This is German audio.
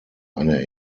eine